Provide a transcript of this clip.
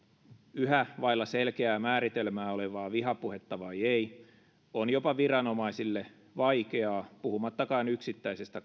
yhä vailla selkeää määritelmää olevaa vihapuhetta vai ei on jopa viranomaisille vaikeaa puhumattakaan yksittäisestä